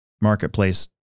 marketplace